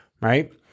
right